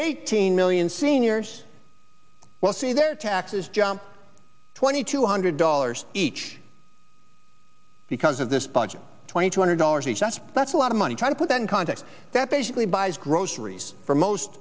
eighteen million seniors will see their taxes jump twenty two hundred dollars each because of this budget twenty two hundred dollars each that's that's a lot of money trying to put that in context that basically buys groceries for most